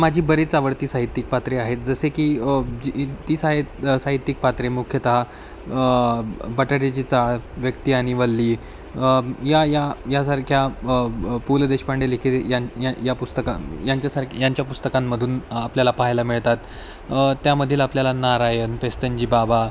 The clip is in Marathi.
माझी बरीच आवडती साहित्यिक पात्रे आहेत जसे की जी तीच आहेत साहित्यिक पात्रे मुख्यतः बटाट्याची चाळ व्यक्ती आणि वल्ली या या यासारख्या प पु ल देशपांडे लिखित यां या पुस्तकां यांच्यासारखे यांच्या पुस्तकांमधून आपल्याला पाहायला मिळतात त्यामधील आपल्याला नारायण पेस्तनजी बाबा